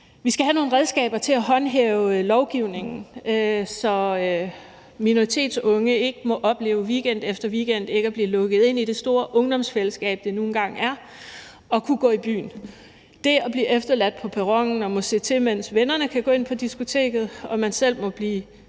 vi skal have nogle redskaber til at håndhæve lovgivningen, så minoritetsunge ikke weekend efter weekend må opleve ikke at blive lukket ind i det store ungdomsfællesskab, som det nu engang er at kunne gå i byen. Det at blive efterladt på perronen og måtte se til, mens vennerne kan gå ind på diskoteket og man selv må blive